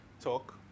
talk